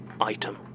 item